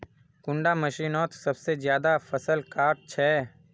कुंडा मशीनोत सबसे ज्यादा फसल काट छै?